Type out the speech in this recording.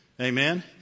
Amen